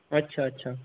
अच्छा अच्छा